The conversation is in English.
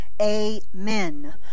Amen